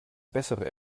bessere